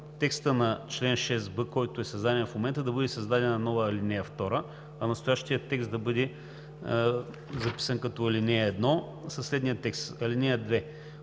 текста на чл. 6б, който е създаден в момента, да бъде създадена нова ал. 2, а настоящият текст да бъде записан като ал. 1 със следния текст: